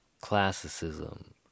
classicism